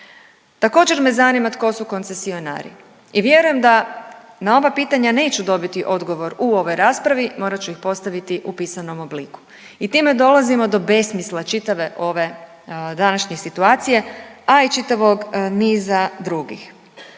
Također me zanima tko su koncesionari i vjerujem da na ova pitanja neću dobiti odgovor u ovoj raspravi, morat ću ih postaviti u pisanom obliku. I time dolazimo do bez smisla čitave ove današnje situacije, a i čitavog niza drugih.